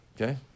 Okay